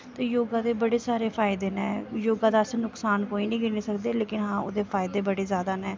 ते योगा दे बड़े सारे फायदे न योगा दा अस नुकसान कोई निं गिनी सकदे हां ओह्दे फायदे बड़े जादा न